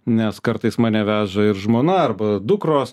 nes kartais mane veža ir žmona arba dukros